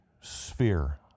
sphere